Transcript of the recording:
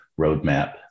roadmap